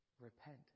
Repent